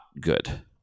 good